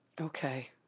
Okay